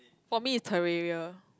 for me is Terraria